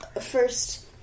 first